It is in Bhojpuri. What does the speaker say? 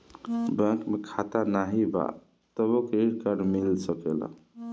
बैंक में खाता नाही बा तबो क्रेडिट कार्ड मिल सकेला?